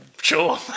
sure